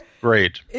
great